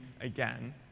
again